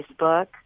Facebook